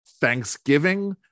Thanksgiving